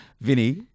Vinny